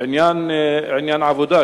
בעניין עבודה,